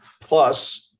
Plus